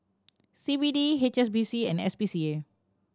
C B D H S B C and S P C A